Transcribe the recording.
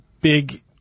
big